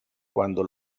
quando